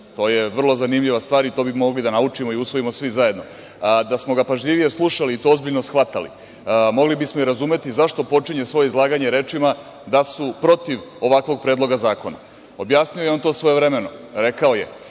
to je vrlo zanimljiva stvar i to bi mogli da naučimo i da usvojimo svi zajedno. Da smo ga pažljivije slušali i to ozbiljno shvatili mogli bismo i razumeti zašto počinje svoje izlaganje rečima da su protiv ovakvog predloga zakona. Objasnio je on to svojevremeno. Rekao je